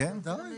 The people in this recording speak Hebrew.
כן, בוודאי.